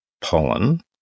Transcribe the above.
pollen